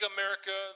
America